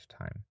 time